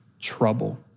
trouble